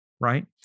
right